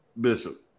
Bishop